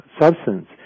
substance